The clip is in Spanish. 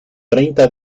treinta